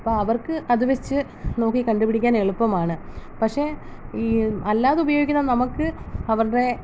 അപ്പം അവർക്ക് അത് വെച്ച് നോക്കി കണ്ടുപിടിക്കാൻ എളുപ്പമാണ് പക്ഷേ ഈ അല്ലാതെ ഉപയോഗിക്കുന്ന നമുക്ക് അവരുടെ